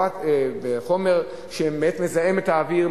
----- בחומר שבאמת מזהם את האוויר,